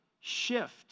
shift